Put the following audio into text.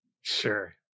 Sure